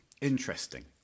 Interesting